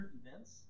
events